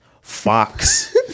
Fox